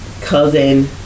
cousin